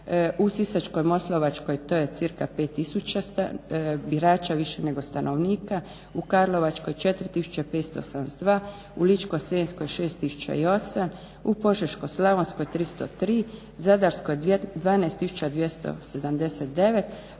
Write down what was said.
U Sisačko-moslavačkoj to je cca 5000 birača više nego stanovnika, u Karlovačkoj 4572, u Ličko-senjskoj 6008, u Požeško-slavonskoj 303, Zadarskoj 12 279